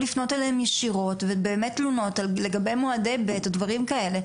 לפנות אליהם ישירות ובאמת תלונות לגבי מועדי ב' או דברים כאלה,